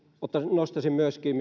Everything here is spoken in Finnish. nostaisin myöskin